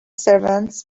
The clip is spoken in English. servants